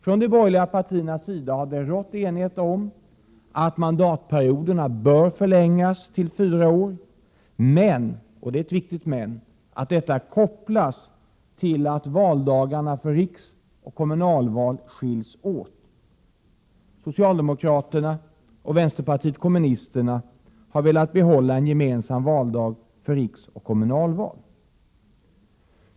Bland de borgerliga partierna har det rått enighet om att mandatperioderna bör förlängas till fyra år men — och det är ett viktigt men — att detta kopplas till att valdagarna för riksoch kommunalvalen skiljs åt. Socialdemokraterna och vänsterpartiet kommunisterna har velat behålla en gemensam valdag för riksoch kommunalval.